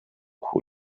who